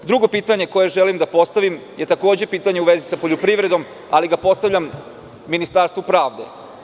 Drugo pitanje koje želim da postavim je, takođe, pitanje u vezi sa poljoprivredom, ali ga postavljam Ministarstvu pravde.